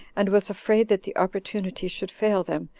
and was afraid that the opportunity should fail them,